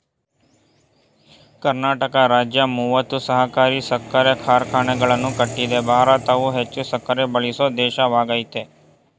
ಕರ್ನಾಟಕ ರಾಜ್ಯ ಮೂವತ್ತು ಸಹಕಾರಿ ಸಕ್ಕರೆ ಕಾರ್ಖಾನೆಗಳನ್ನು ಕಟ್ಟಿದೆ ಭಾರತವು ಹೆಚ್ಚು ಸಕ್ಕರೆ ಬಳಸೋ ದೇಶವಾಗಯ್ತೆ